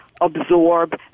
absorb